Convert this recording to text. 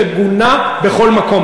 מגונה בכל מקום.